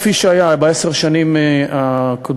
כפי שהיה בעשר שנים הקודמות,